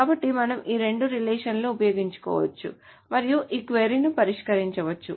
కాబట్టి మనము ఈ రెండు రిలేషన్ లను ఉపయోగించుకోవచ్చు మరియు ఈ క్వరీ ను పరిష్కరించవచ్చు